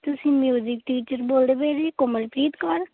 ਤੁਸੀਂ music teacher ਬੋਲਦੇ ਪਏ ਜੀ ਕੋਮਲਪ੍ਰੀਤ ਕੌਰ